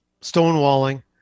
stonewalling